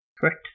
Correct